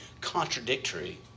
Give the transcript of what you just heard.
contradictory